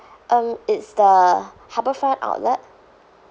um it's the harbour front outlet